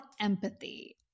Empathy